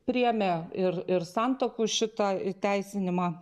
priėmė ir ir santuokų šitą įteisinimą